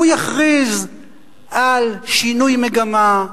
הוא יכריז על שינוי מגמה,